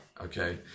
Okay